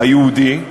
היהודי,